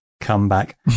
comeback